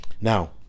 Now